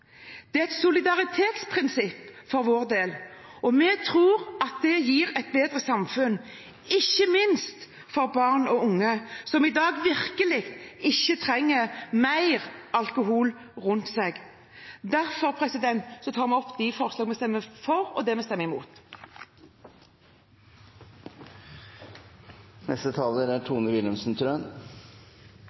Det er et solidaritetsprinsipp for vår del, og vi tror at det gir et bedre samfunn, ikke minst for barn og unge, som i dag virkelig ikke trenger mer alkohol rundt seg. Jeg skal bruke min korte taletid til å forklare hvilke grunner det er til at Høyre ikke støtter Fremskrittspartiets forslag, som de selv mener ikke er